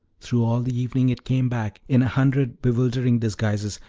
through all the evening it came back, in a hundred bewildering disguises,